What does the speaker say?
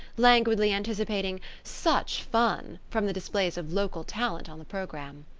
languidly anticipating such fun from the displays of local talent on the program.